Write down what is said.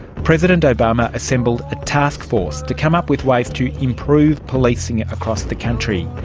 president obama assembled a task force to come up with ways to improve policing across the country.